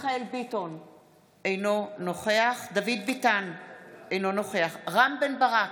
אינו נוכח רם בן ברק,